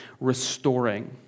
restoring